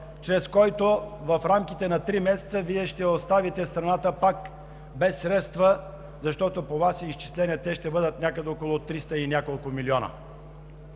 чрез който в рамките на три месеца Вие ще оставите страната пак без средства, защото по Ваши изчисления те ще бъдат някъде около триста и няколко милиона.